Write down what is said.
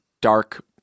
dark